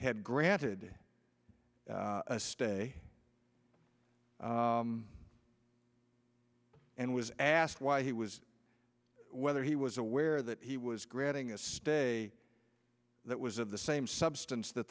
had granted a stay and was asked why he was whether he was aware that he was granting a stay that was of the same substance that